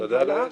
תודה לאל.